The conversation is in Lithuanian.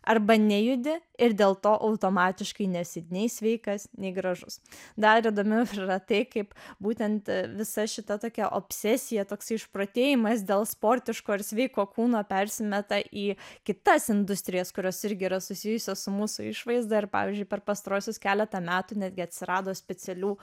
arba nejudi ir dėl to automatiškai nesi nei sveikas nei gražus dar įdomiau šratai kaip būtent visa šita tokia obsesija taksi išprotėjimas dėl sportiško ir sveiko kūno persimeta į kitas industrijas kurios irgi yra susijusios su mūsų išvaizda ir pavyzdžiui per pastaruosius keletą metų netgi atsirado specialių